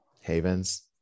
havens